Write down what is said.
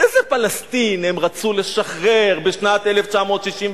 את איזה פלסטין הם רצו לשחרר בשנת 1964?